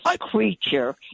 creature